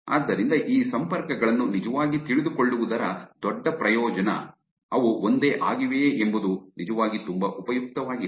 ಆದ್ದರಿಂದ ಈ ಸಂಪರ್ಕಗಳನ್ನು ನಿಜವಾಗಿ ತಿಳಿದುಕೊಳ್ಳುವುದರ ದೊಡ್ಡ ಪ್ರಯೋಜನ ಅವು ಒಂದೇ ಆಗಿವೆಯೇ ಎಂಬುದು ನಿಜವಾಗಿ ತುಂಬಾ ಉಪಯುಕ್ತವಾಗಿದೆ